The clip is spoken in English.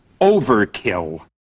Overkill